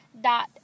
dot